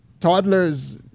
toddlers